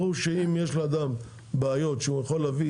ברור שאם יש לאדם בעיות שהוא יכול להביא